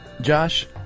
Josh